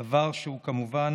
דבר שהוא כמובן